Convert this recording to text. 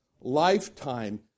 lifetime